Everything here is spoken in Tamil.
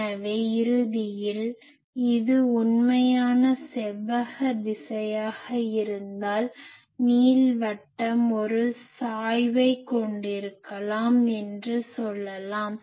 எனவே இறுதியில் இது உண்மையான செவ்வக திசையாக இருந்தால் நீள்வட்டம் ஒரு சாய்வைக் கொண்டிருக்கலாம் என்று சொல்லலாம்